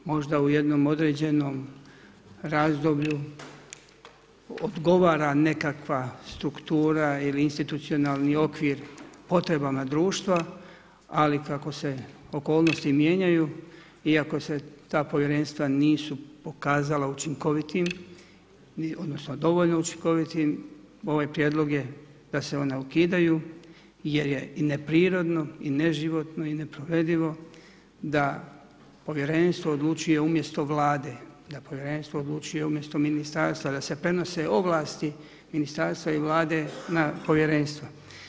Možda u jednom određenom razdoblju odgovara nekakva struktura ili institucionalni okvir potrebama društva, ali kako se okolnosti mijenjaju iako se ta povjerenstva nisu pokazala učinkovitim odnosno dovoljno učinkovitim, ovaj prijedlog je da se ona ukidaju jer je i neprirodno i neživotno i neprovedivo da povjerenstvo odlučuje umjesto Vlade, da povjerenstvo odlučuje umjesto ministarstva, da se prenose ovlasti ministarstva i Vlade na povjerenstvo.